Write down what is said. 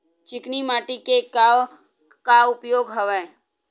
चिकनी माटी के का का उपयोग हवय?